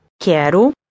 quero